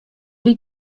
wie